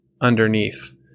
underneath